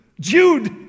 Jude